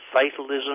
fatalism